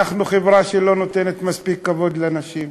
אנחנו חברה שלא נותנת מספיק כבוד לנשים.